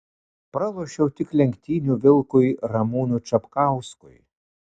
pralošiau tik lenktynių vilkui ramūnui čapkauskui